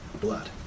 blood